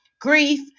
grief